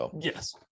Yes